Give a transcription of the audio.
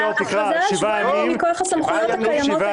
מכוח הסמכויות היום.